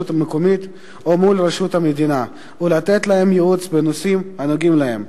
המקומית או מול רשויות המדינה ולתת להם ייעוץ בנושאים הנוגעים להם.